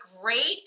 great